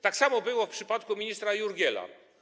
Tak samo było w przypadku ministra Jurgiela.